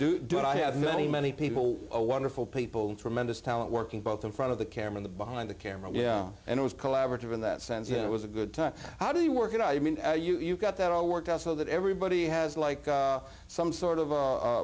do do it i have many many people a wonderful people tremendous talent working both in front of the camera the behind the camera yeah and it was collaborative two in that sense it was a good time how do you work it out i mean you got that all worked out so that everybody has like some sort of